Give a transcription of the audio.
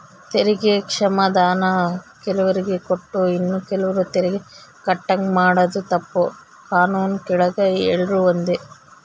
ತೆರಿಗೆ ಕ್ಷಮಾಧಾನಾನ ಕೆಲುವ್ರಿಗೆ ಕೊಟ್ಟು ಇನ್ನ ಕೆಲುವ್ರು ತೆರಿಗೆ ಕಟ್ಟಂಗ ಮಾಡಾದು ತಪ್ಪು, ಕಾನೂನಿನ್ ಕೆಳಗ ಎಲ್ರೂ ಒಂದೇ